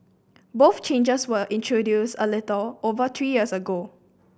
both changes were introduced a little over three years ago